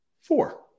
four